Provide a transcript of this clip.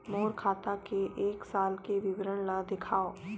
मोर खाता के एक साल के विवरण ल दिखाव?